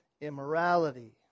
immorality